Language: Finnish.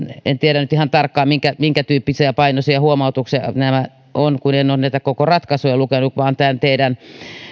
en tiedä nyt ihan tarkkaan minkä tyyppisiä ja painoisia huomautuksia nämä ovat kun en ole näitä koko ratkaisuja lukenut vaan tämän teidän